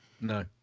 No